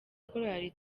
korali